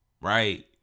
right